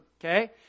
okay